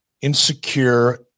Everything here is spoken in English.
insecure